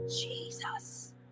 Jesus